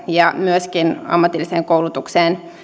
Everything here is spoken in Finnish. ja myöskin ammatilliseen koulutukseen